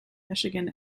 michigan